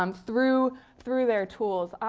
um through through their tools.